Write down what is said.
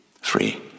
Free